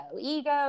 ego